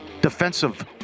defensive